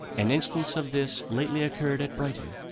an instance of this lately occurred at brighton.